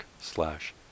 slash